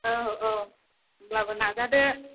औ औ होनब्लाबो नाजादो